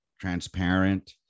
transparent